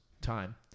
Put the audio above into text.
time